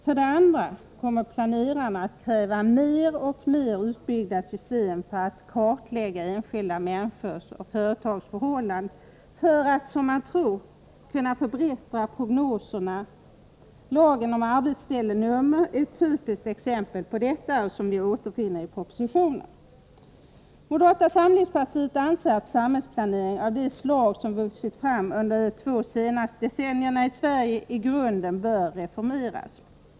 För det andra kommer planerarna att kräva mer och mer utbyggda system för att kartlägga enskilda människors och företags förhållanden, för att — som man tror — kunna förbättra prognoserna. Lagen om arbetsställenummer, som återfinns i propositionen, är ett typiskt exempel på detta. Moderata samlingspartiet anser att samhällsplanering av det slag som vuxit fram under de två senaste decennierna i Sverige i grunden bör reformeras.